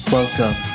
Welcome